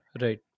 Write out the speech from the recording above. Right